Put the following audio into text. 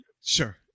Sure